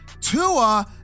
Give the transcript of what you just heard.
Tua